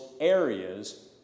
areas